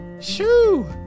Shoo